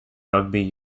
rugby